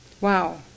Wow